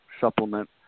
supplement